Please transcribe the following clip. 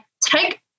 take